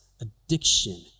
addiction